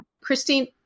Christine